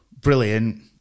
brilliant